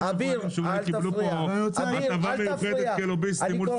שאולי קיבלו פה הטבה מיוחדת כלוביסטים?